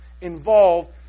involved